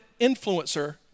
influencer